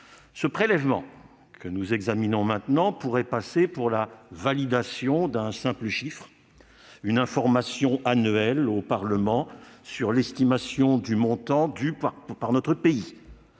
sur recettes que nous examinons pourrait passer pour la validation d'un simple chiffre, une information annuelle au Parlement sur l'estimation du montant dû par notre pays.